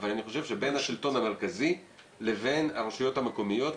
אבל אני חושב שבין השלטון המרכזי לבין הרשויות המקומיות.